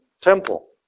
temple